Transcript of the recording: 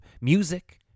music